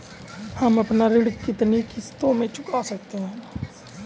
हम अपना ऋण कितनी किश्तों में चुका सकते हैं?